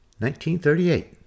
1938